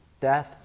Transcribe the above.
Death